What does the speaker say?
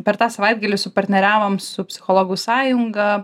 per tą savaitgalį supatneriavom su psichologų sąjunga